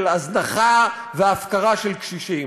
של הזנחה והפקרה של קשישים.